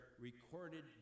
recorded